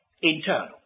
internal